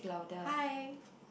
hi